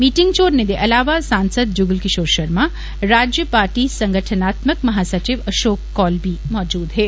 meeting च होरने दे अलावा सांसद जुगल किशोर शर्मा राज्य पार्टी संगठनात्मक महासचिव अशोक कौल बी मौजूद हे